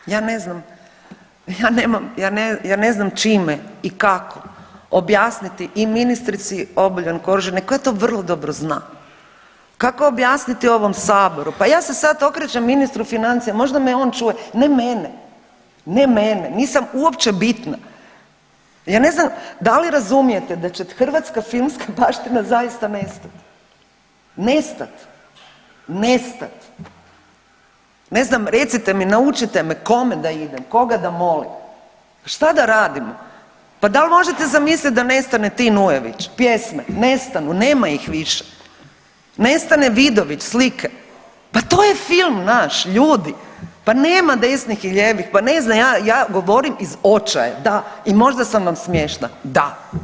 Da, ja ne znam, ja nemam, ja ne znam čime i kako objasniti i ministrici Obuljen Koržinek koja to vrlo dobro zna, kako objasniti ovom saboru, pa ja se sad okrećem ministru financija, možda me on čuje, ne mene, ne mene, nisam uopće bitna, ja ne znam da li razumijete da će hrvatska filmska baština zaista nestati, nestat, nestat, ne znam recite mi, naučite me, kome da idem, koga da molim, šta da radimo, pa dal možete zamislit da nestane Tin Ujević pjesme, nestanu, nema ih više, nestane Vidović slike, pa to je film naš ljudi, pa nema desnih i lijevih, pa ne znam ja, ja govorim iz očaja, da i možda sam vam smiješna da.